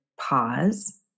pause